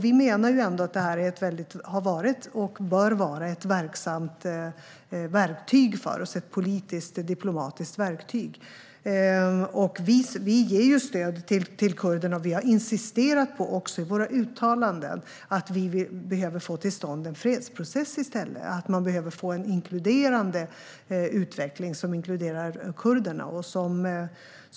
Vi menar att EU-förhandlingarna har varit och bör vara ett verksamt politiskt, diplomatiskt verktyg. Vi ger stöd till kurderna och har i våra uttalanden insisterat på att en fredsprocess behöver komma till stånd i stället. Man behöver få en utveckling som inkluderar kurderna.